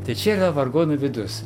tai čia yra vargonų vidus